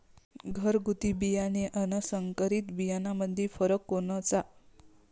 घरगुती बियाणे अन संकरीत बियाणामंदी फरक कोनचा?